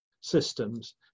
systems